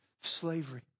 slavery